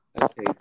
Okay